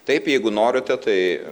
taip jeigu norite tai